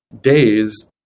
days